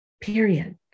period